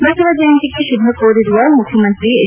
ಬಸವ ಜಯಂತಿಗೆ ಶುಭ ಕೋರಿರುವ ಮುಖ್ಯಮಂತ್ರಿ ಎಚ್